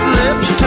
lips